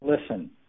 listen